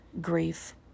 grief